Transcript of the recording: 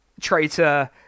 traitor